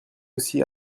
aussi